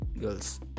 girls